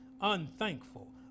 unthankful